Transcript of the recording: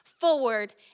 forward